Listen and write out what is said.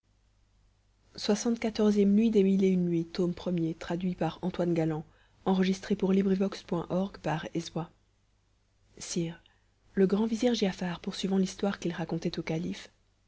sire dit-elle le grand vizir giafar continuant l'histoire qu'il racontait au calife